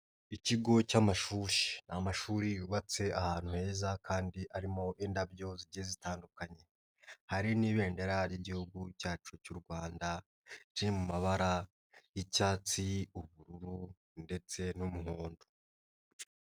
Ikigo cy'amashuri ni amashuri yubatse ahantu heza kandi harimo indabyo zitandukanye, hari n'ibendera ryigihugu cyacu cy'u Rwanda riri mu mabara y'icyatsi, ubururu ndetse n'umuhondo.